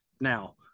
Now